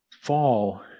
fall